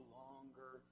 longer